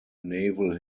naval